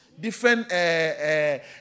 Different